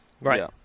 Right